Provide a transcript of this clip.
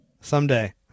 Someday